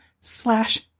slash